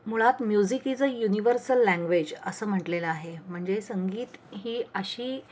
मुळात music is a universal language असं म्हटलेलं आहे म्हणजे संगीत ही अशी